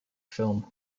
film